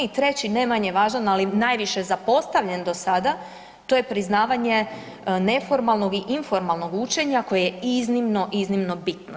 I treći ne manje važan, ali najviše zapostavljen do sada to je priznavanje neformalnog i informalnog učenja koje je iznimno, iznimno bitno.